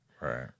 Right